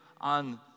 on